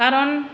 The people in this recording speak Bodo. खारन